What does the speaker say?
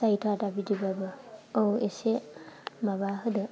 जायोथ' आदा बिदिबाबो औ एसे माबा होदो